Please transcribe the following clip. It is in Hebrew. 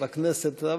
בכנסת.